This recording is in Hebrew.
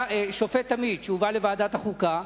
הצעת חוק בנושא שופט עמית הוגשה לוועדת החוקה,